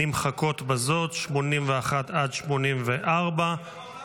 נמחקות בזאת, 81 84. מי לא באולם?